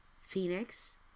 Phoenix